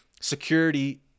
Security